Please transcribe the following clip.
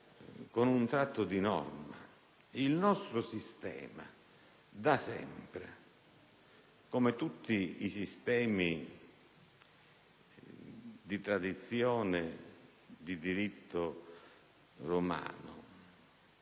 con un tratto di norme. Il nostro sistema da sempre - come tutti i sistemi di tradizione di diritto romano